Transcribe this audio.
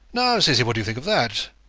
now, cissy, what do you think of that?